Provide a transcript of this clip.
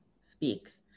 speaks